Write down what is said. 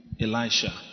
Elisha